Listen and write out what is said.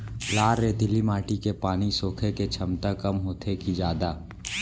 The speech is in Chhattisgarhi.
लाल रेतीली माटी के पानी सोखे के क्षमता कम होथे की जादा?